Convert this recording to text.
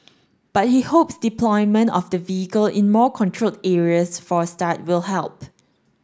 but he hopes deployment of the vehicle in more controlled areas for a start will help